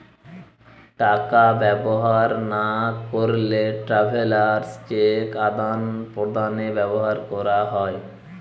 টাকা ব্যবহার না করলে ট্রাভেলার্স চেক আদান প্রদানে ব্যবহার করা হয়